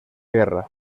guerra